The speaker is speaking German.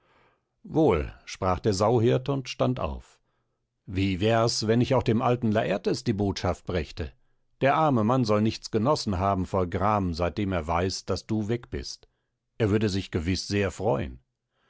wohl sprach der sauhirt und stand auf wie wär's wenn ich auch dem alten lartes die botschaft brächte der arme mann soll nichts genossen haben vor gram seitdem er weiß daß du weg bist er würde sich gewiß sehr freuen